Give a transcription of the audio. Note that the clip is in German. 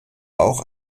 auch